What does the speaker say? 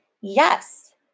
Yes